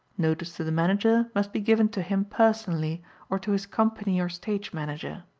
notice to the manager must be given to him personally or to his company or stage manager.